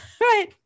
Right